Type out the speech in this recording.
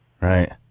right